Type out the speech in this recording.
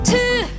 Two